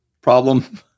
problem